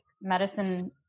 medicine